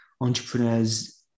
entrepreneurs